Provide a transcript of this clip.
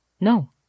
no